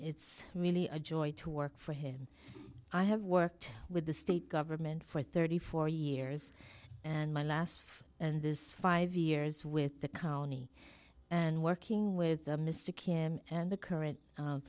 it's really a joy to work for him i have worked with the state government for thirty four years and my last and this five years with the county and working with mr kim and the current